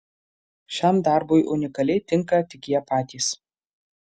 šiam darbui unikaliai tinka tik jie patys